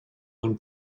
own